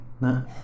No